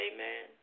Amen